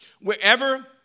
wherever